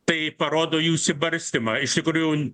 tai parodo jų išsibarstymą iš tikrųjų